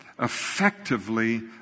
effectively